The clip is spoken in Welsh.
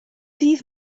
ddydd